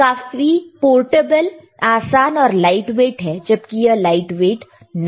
यह काफी पोर्टेबल आसान और लाइटवेट है जबकि यह लाइट वेट नहीं है